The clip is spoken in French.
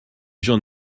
j’en